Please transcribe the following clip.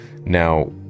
Now